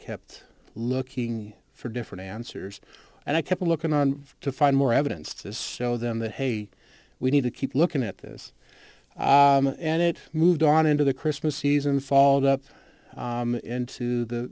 kept looking for different answers and i kept looking on to find more evidence just so them that hey we need to keep looking at this and it moved on into the christmas season falls up into the